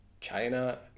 China